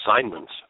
assignments